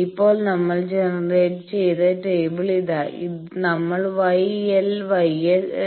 ഇപ്പോൾ നമ്മൾ ജനറേറ്റ് ചെയ്ത ടേബിൾ ഇതാ നമ്മൾ γ L γ